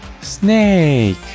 Snake